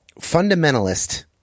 fundamentalist